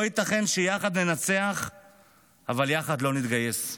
לא ייתכן שיחד ננצח אבל יחד לא נתגייס.